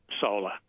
solar